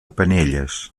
penelles